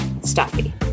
stuffy